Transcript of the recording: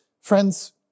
Friends